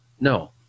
No